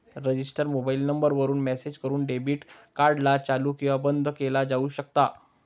register mobile number वरून message करून debit card ला चालू किंवा बंद केलं जाऊ शकता